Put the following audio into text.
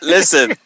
Listen